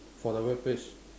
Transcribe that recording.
for the work page